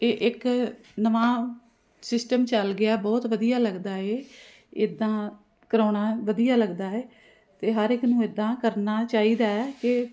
ਇਹ ਇੱਕ ਨਵਾਂ ਸਿਸਟਮ ਚੱਲ ਗਿਆ ਬਹੁਤ ਵਧੀਆ ਲੱਗਦਾ ਏ ਇੱਦਾਂ ਕਰਾਉਣਾ ਵਧੀਆ ਲੱਗਦਾ ਹੈ ਅਤੇ ਹਰ ਇੱਕ ਨੂੰ ਇੱਦਾਂ ਕਰਨਾ ਚਾਹੀਦਾ ਹੈ ਕਿ